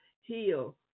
heal